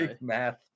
math